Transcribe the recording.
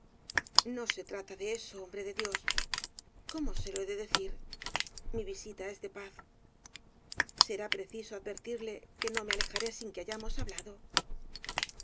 no se trata de eso hombre de dios cómo se lo he de decir mi visita es de paz será preciso advertirle que no me alejaré sin que hayamos hablado